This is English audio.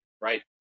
right